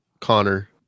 Connor